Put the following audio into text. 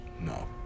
no